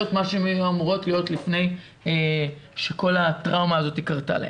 מה שהן היו אמורות לפני שכל הטראומה הזאת קרתה לה.